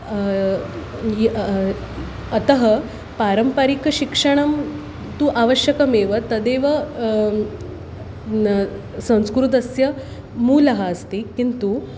अतः पारम्परिकशिक्षणं तु आवश्यकमेव तदेव न संस्कृतस्य मूलः अस्ति किन्तु